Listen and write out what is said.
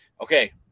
okay